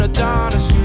Adonis